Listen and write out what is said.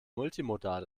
multimodal